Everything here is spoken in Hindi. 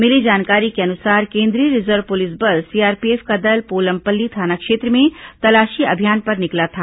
मिली जानकारी के अनुसार केंद्रीय रिजर्व पुलिस बल सीआरपीएफ का दल पोलमपल्ली थाना क्षेत्र में तलाशी अभियान पर निकला था